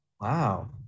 Wow